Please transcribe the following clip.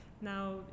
now